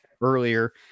Earlier